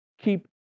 Keep